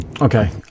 okay